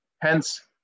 hence